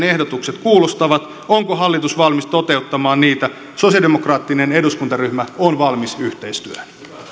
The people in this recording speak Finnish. ehdotukset kuulostavat onko hallitus valmis toteuttamaan niitä sosialidemokraattinen eduskuntaryhmä on valmis yhteistyöhön